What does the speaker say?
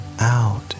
Out